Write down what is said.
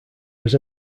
was